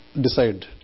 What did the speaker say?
decide